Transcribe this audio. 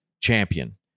champion